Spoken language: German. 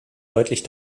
deutlich